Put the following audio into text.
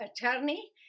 attorney